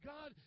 God